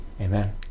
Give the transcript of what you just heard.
Amen